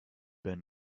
been